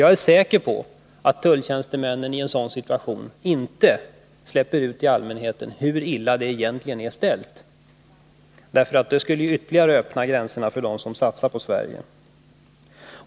Jag är säker på att tulltjänstemännen i en sådan situation inte släpper ut till allmänheten hur illa det egentligen är ställt, för det skulle ytterligare bidra till att öppna gränserna för dem som satsar på Sverige.